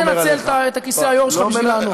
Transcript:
אל תנצל את כיסא היו"ר שלך בשביל לענות.